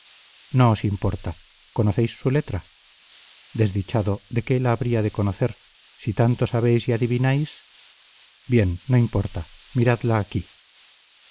no os importa conocéis su letra desdichado de qué la habría de conocer si tanto sabéis y adivináis bien no importa miradla aquí